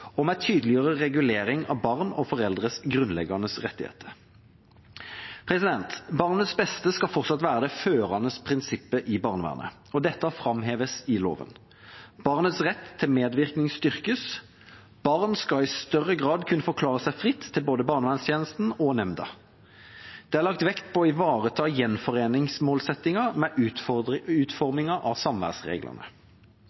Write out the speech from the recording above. og med en tydeligere regulering av barn og foreldres grunnleggende rettigheter. Barnets beste skal fortsatt være det førende prinsippet i barnevernet, og dette framheves i loven. Barnets rett til medvirkning styrkes. Barn skal i større grad kunne forklare seg fritt til både barnevernstjenesten og nemnda. Det er lagt vekt på å ivareta